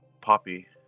Poppy